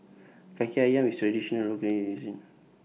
Kaki Ayam IS Traditional Local Cuisine